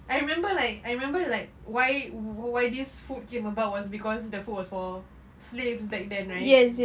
I remember like I remember like why why this food came about was cause the food was for slaves back then right